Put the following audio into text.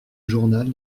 journal